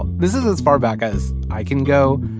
um this is as far back as i can go.